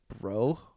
Bro